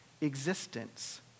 existence